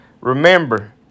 remember